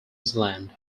zealand